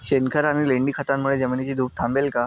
शेणखत आणि लेंडी खतांमुळे जमिनीची धूप थांबेल का?